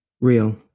Real